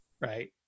right